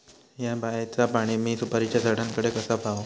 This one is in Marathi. हया बायचा पाणी मी सुपारीच्या झाडान कडे कसा पावाव?